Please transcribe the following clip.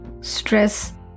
Stress